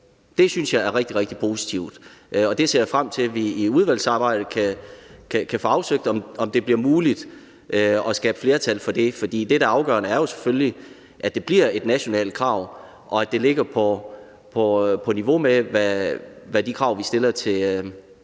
Det synes jeg er rigtig, rigtig positivt, og jeg ser frem til, at vi i udvalgsarbejdet kan få afsøgt, om det bliver muligt at skabe flertal for det. For det, der er det afgørende, er jo selvfølgelig, at det bliver et nationalt krav, og at det ligger på niveau med de krav, vi stiller til læger,